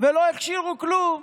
ולא הכשירו כלום,